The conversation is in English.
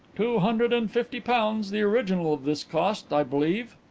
two hundred and fifty pounds the original of this cost, i believe.